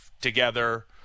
together